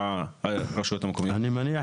מה הרשויות המקומיות --- אני מניח